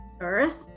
Earth